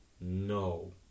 No